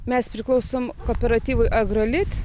mes priklausome kooperatyvui agrolit